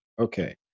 Okay